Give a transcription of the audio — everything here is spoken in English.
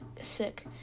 sick